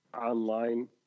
online